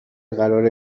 قراره